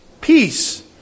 peace